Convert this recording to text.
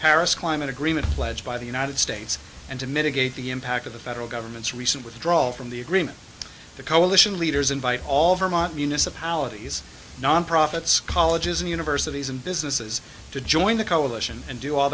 paris climate agreement pledged by the united states and to mitigate the impact of the federal government's recent withdrawal from the agreement the coalition leaders invite all vermont municipalities nonprofits colleges and universities and businesses to join the coalition and do all